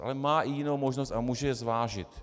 Ale má i jinou možnost a může zvážit.